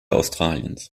australiens